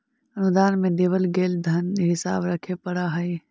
अनुदान में देवल गेल धन के हिसाब रखे पड़ा हई